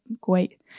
great